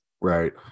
right